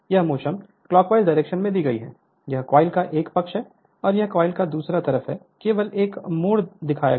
यह motion clockwise direction में दी गई है यह कॉइल का एक पक्ष है और यह कॉइल के दूसरी तरफ केवल एक मोड़ दिखाया गया है